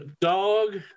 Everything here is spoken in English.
Dog